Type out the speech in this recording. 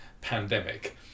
pandemic